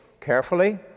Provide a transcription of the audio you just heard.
carefully